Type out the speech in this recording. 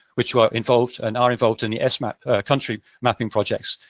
which were involved and are involved in the esmap country mapping projects.